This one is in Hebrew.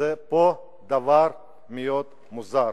וזה דבר מאוד מוזר.